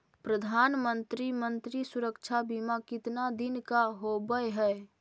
प्रधानमंत्री मंत्री सुरक्षा बिमा कितना दिन का होबय है?